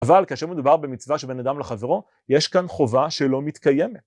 אבל כאשר מדובר במצווה של בן אדם לחברו, יש כאן חובה שלא מתקיימת.